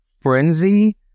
frenzy